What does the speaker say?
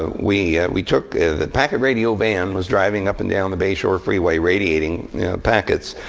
ah we we took the packet radio van was driving up and down the bayshore freeway radiating packets.